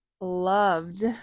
loved